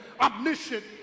omniscient